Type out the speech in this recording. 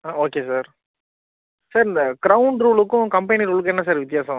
ஆ okay sir sir இந்த ground ரூலுக்கும் company ரூலுக்கும் என்ன சார் வித்தியாசம்